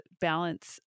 balance